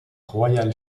royal